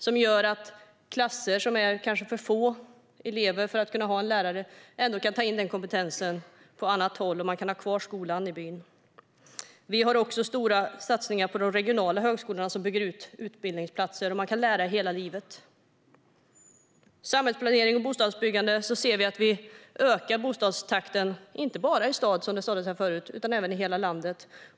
Det gör att skolklasser med för få elever för att kunna ha en lärare ändå kan ta in den kompetensen från annat håll - detta för att man ska kunna ha kvar skolan i byn. Vi har också stora satsningar på de regionala högskolorna som bygger utbildningsplatser. Man kan lära hela livet. När det gäller samhällsplanering och bostadsbyggande ökar takten på bostadsbyggandet, inte bara i städerna utan även i hela landet.